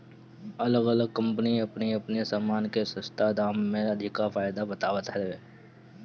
अलग अलग कम्पनी अपनी अपनी सामान के सस्ता दाम में अधिका फायदा बतावत हवे